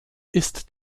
ist